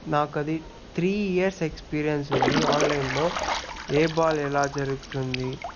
నాకు అది three years experience ఉంది ఆన్లైన్ లో ఏ బాల్ ఎలా జరుగుతుంది